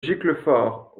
giclefort